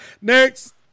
Next